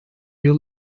yıl